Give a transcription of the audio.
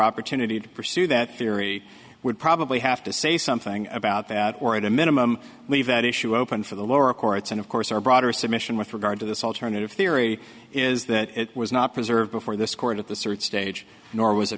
opportunity to pursue that theory would probably have to say something about that or at a minimum leave that issue open for the lower courts and of course our broader submission with regard to this alternative theory is that it was not preserved before this court at the cert stage nor was